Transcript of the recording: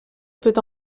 peut